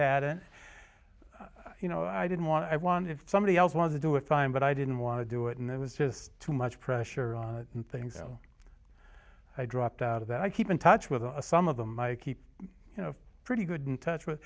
that and you know i didn't want to i wanted somebody else wanted to do it fine but i didn't want to do it and it was just too much pressure on things so i dropped out of that i keep in touch with some of them i keep you know pretty good in touch with